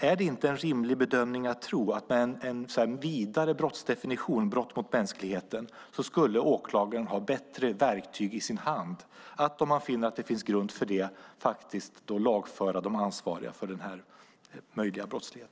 Är det inte en rimlig bedömning att tro att brottsåklagaren med en vidare brottsdefinition - brott mot mänskligheten - har bättre verktyg i sin hand att, om man finner att det finns grund för detta, faktiskt lagföra de ansvariga för denna eventuella brottslighet?